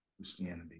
christianity